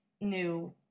new